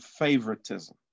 favoritism